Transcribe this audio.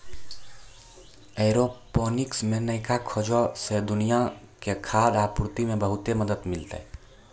aeroponics मे नयका खोजो से दुनिया के खाद्य आपूर्ति मे बहुते मदत मिलतै